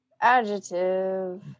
Adjective